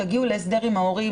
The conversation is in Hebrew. תגיעו להסדר עם ההורים.